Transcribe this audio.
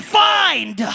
find